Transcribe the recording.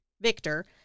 Victor